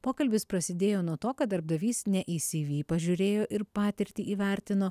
pokalbis prasidėjo nuo to kad darbdavys ne į cv pažiūrėjo ir patirtį įvertino